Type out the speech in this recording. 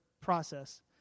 process